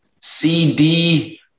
cd